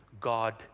God